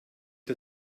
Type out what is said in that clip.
der